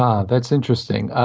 um that's interesting.